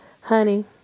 Honey